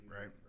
right